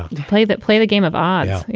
to play that play the game of odds. you